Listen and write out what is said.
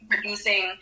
producing